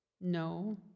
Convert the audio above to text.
No